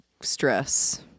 stress